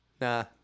Nah